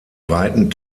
weiten